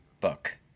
book